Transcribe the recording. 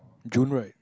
June right